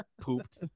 pooped